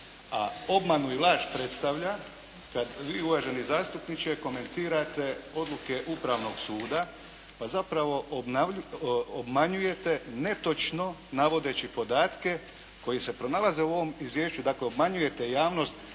A obmanu i laž predstavlja kad vi uvaženi zastupniče komentirate odluke Upravnog suda pa zapravo obmanjujete netočno navodeći podatke koji se pronalaze u ovom izvješću. Dakle, obmanjujete javnost